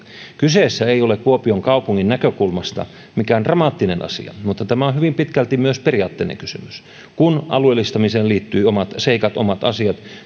kyseessä ei ole kuopion kaupungin näkökulmasta mikään dramaattinen asia mutta tämä on hyvin pitkälti myös periaatteellinen kysymys kun alueellistamiseen liittyvät omat seikat omat asiat